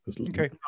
Okay